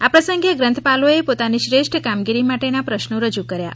આ પ્રસંગે ગ્રંથાપાલોએ પોતાની શ્રેષ્ઠ કામગીરી માટેના પ્રશ્નો રજુ કર્યાં